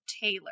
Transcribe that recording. Taylor